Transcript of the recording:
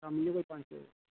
शामी एह् ही कोई पंज छे बजे